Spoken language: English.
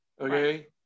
Okay